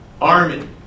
army